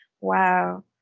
Wow